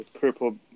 purple